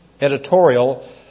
editorial